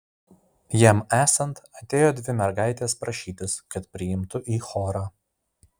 jam esant atėjo dvi mergaitės prašytis kad priimtų į chorą